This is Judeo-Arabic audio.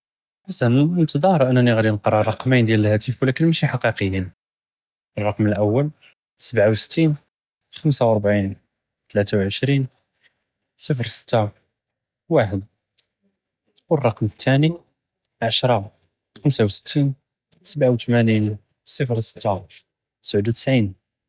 חסנא، נתטאהר אנני ע'אדי נקרא רקמיין דיאל אלהאטף ולכין מאשי חקיקיין، א־לרקם אלול، סבעה וסתין، חמסה וא רבעין תלאתה ועשרין، צפר סתה, ואחד, וא־לרקם אתאני, עשרה, חמסה וסתין, סבעה ותמאנין, צפר סתה, תסעוד ותסעין.